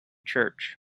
church